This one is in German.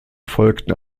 folgten